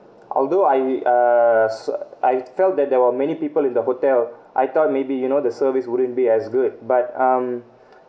although I uh I felt that there were many people in the hotel I thought maybe you know the service wouldn't be as good but um